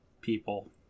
people